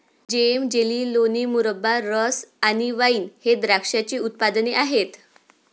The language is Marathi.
जेम, जेली, लोणी, मुरब्बा, रस आणि वाइन हे द्राक्षाचे उत्पादने आहेत